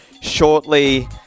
shortly